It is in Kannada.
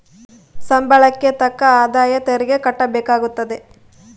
ಸಂಬಳಕ್ಕೆ ತಕ್ಕ ಆದಾಯ ತೆರಿಗೆ ಕಟ್ಟಬೇಕಾಗುತ್ತದೆ